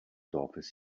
dorfes